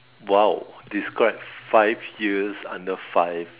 !wow! describe five years under five